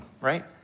right